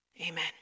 Amen